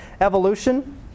evolution